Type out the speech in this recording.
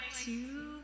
two